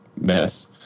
mess